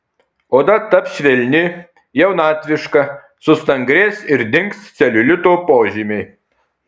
oda taps švelni jaunatviška sustangrės ir dings celiulito požymiai